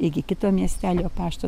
iki kito miestelio pašto